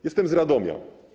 Jestem z Radomia.